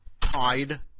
tied